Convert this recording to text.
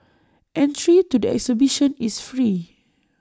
entry to the exhibition is free